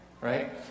right